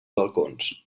balcons